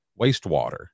wastewater